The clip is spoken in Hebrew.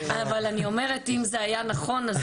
אבל אני אומרת שאם זה היה נכון אז